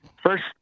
First